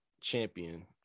champion